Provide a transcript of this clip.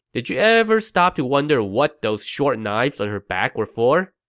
did you ever stop to wonder what those short knives on her back were for?